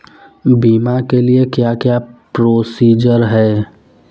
बीमा के लिए क्या क्या प्रोसीजर है?